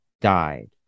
died